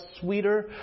sweeter